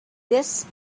this